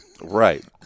Right